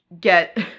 get